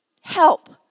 Help